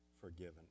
forgiven